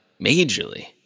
majorly